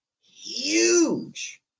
huge